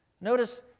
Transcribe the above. Notice